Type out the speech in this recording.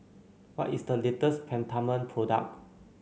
what is the latest Peptamen product